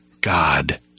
God